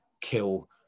kill